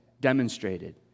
demonstrated